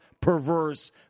perverse